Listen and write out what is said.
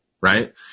right